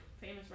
famous